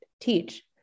teach